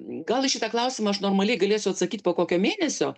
gal į šitą klausimą aš normaliai galėsiu atsakyt po kokio mėnesio